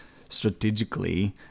strategically